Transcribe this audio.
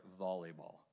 volleyball